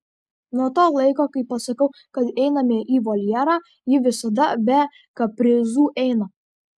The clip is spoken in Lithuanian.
nuo to laiko kai pasakau kad einame į voljerą ji visada be kaprizų eina